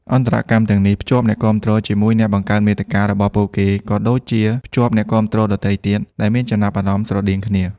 អន្តរកម្មទាំងនេះ ភ្ជាប់អ្នកគាំទ្រជាមួយអ្នកបង្កើតមាតិកា របស់ពួកគេ ក៏ដូចជា ភ្ជាប់អ្នកគាំទ្រដទៃទៀត ដែលមានចំណាប់អារម្មណ៍ស្រដៀងគ្នា។